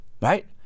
right